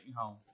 home